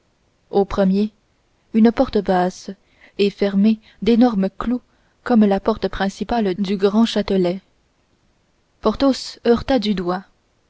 au premier une porte basse et ferrée d'énorme clous comme la porte principale du grandchâtelet porthos heurta du doigt